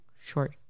short